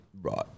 Right